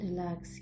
Relax